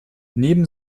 neben